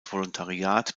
volontariat